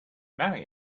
marry